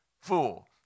fool